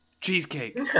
Cheesecake